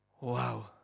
Wow